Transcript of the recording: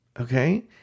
okay